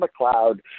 McLeod